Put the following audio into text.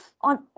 on